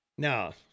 No